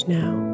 now